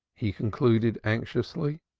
he concluded anxiously,